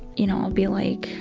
you know, i'll be like,